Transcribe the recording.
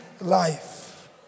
life